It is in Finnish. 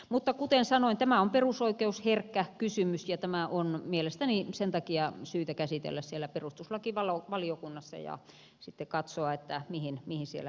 mutta kuten sanoin tämä on perusoikeusherkkä kysymys ja tämä on mielestäni sen takia syytä käsitellä siellä perustuslakivaliokunnassa ja sitten katsoa mihin siellä päädytään